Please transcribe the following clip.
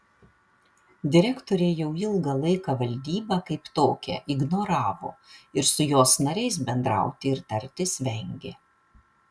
direktorė jau ilgą laiką valdybą kaip tokią ignoravo ir su jos nariais bendrauti ir tartis vengė